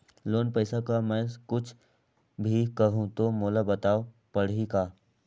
Loan पइसा कर मै कुछ भी करहु तो मोला बताव पड़ही का?